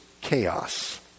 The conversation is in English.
chaos